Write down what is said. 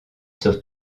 sur